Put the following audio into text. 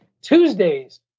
Tuesdays